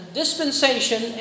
dispensation